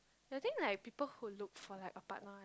ya I think like people who look like for a partner